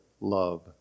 love